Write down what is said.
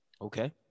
Okay